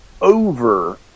over